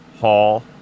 Hall